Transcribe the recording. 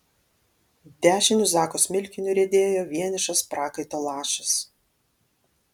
dešiniu zako smilkiniu riedėjo vienišas prakaito lašas